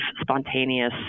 spontaneous